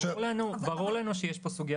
ברור לנו שיש פה סוגיה